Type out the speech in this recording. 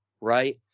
right